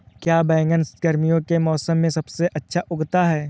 क्या बैगन गर्मियों के मौसम में सबसे अच्छा उगता है?